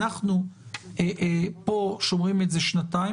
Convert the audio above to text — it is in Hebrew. אנחנו פה שמרנו את זה שנתיים,